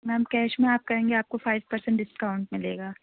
میم cash میں کریں گی آپ کو فائیو پرسینٹ ڈسکاؤنٹ ملے گا